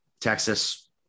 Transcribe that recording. Texas